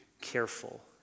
careful